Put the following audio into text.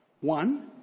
One